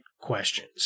questions